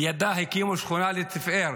לידה הקימו שכונה לתפארת,